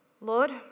Lord